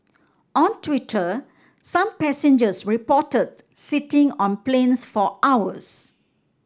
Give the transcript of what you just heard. on Twitter some passengers reported sitting on planes for hours